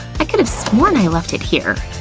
i could've sworn i left it here!